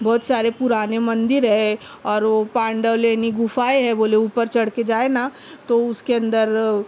بہت سارے پُرانے مندر ہے اور وہ پانڈولینی گپھائے ہے بولے اوپر چڑھ کے جائے نہ تو اُس کے اندر